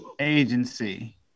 agency